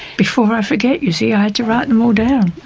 before i forget, you see, i had to write them all down!